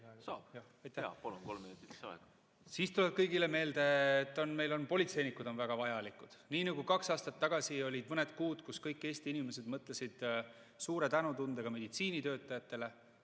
jaa. Palun! Kolm minuti lisaaega. Siis tuleb kõigile meelde, et politseinikud on väga vajalikud. Nii nagu kaks aastat tagasi olid mõned kuud, kui kõik Eesti inimesed mõtlesid suure tänutundega meditsiinitöötajatele.